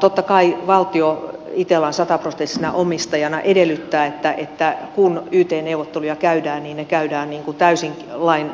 totta kai valtio itellan sataprosenttisena omistajana edellyttää että kun yt neuvotteluja käydään niin ne käydään täysin